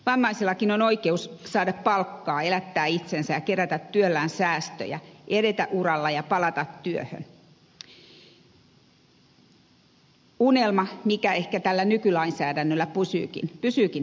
vammaisellakin on oikeus saada palkkaa elättää itsensä ja kerätä työllään säästöjä edetä uralla ja palata työhön unelma mikä ehkä tällä nykylainsäädännöllä pysyykin unelmana